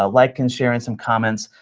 ah like and sharing some comments,